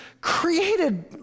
created